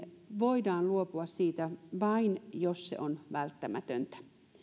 voidaan luopua vain jos se on välttämätöntä